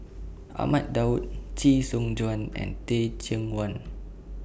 Ahmad Daud Chee Soon Juan and Teh Cheang Wan